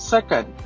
Second